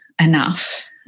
enough